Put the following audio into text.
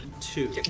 Two